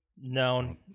No